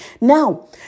Now